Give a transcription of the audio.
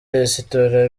resitora